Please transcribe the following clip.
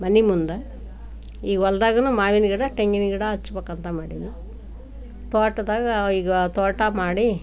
ಮನಿ ಮುಂದ ಈ ಹೊಲ್ದಾಗೂನು ಮಾವಿನ ಗಿಡ ತೆಂಗಿನ ಗಿಡ ಹಚ್ಬೇಕಂತ ಮಾಡೀವಿ ತೋಟ್ದಾಗ ಈಗ ತೋಟ ಮಾಡಿ